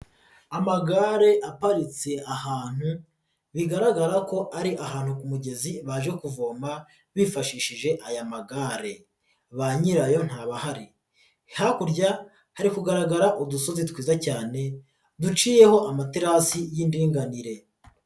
Amagare aparitse ahantu bigaragara ko ari ahantu ku mugezi baje kuvoma bifashishije aya magare, ba nyirayo ntabahari. Hakurya hari kugaragara udusozi twiza cyane duciyeho amaterasi y'indinganire.